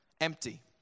empty